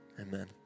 Amen